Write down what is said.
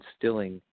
instilling